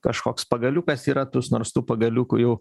kažkoks pagaliukas į ratus nors tų pagaliukų jau